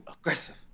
aggressive